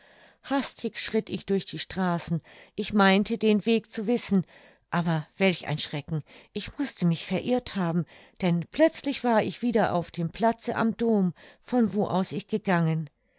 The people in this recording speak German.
hastig schritt ich durch die straßen ich meinte den weg zu wissen aber welch ein schrecken ich mußte mich verirrt haben denn plötzlich war ich wieder auf dem platze am dom von wo ich ausgegangen